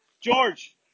George